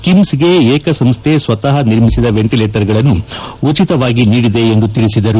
ಕಿಮ್ಸೆಗೆ ಏಕ ಸಂಸ್ಥೆ ಸ್ವತಃ ನಿರ್ಮಿಸಿದ ವೆಂಟಲೇಟರ್ಗಳನ್ನು ಉಚಿತವಾಗಿ ನೀಡಿದೆ ಎಂದು ತಿಳಿಸಿದರು